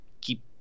keep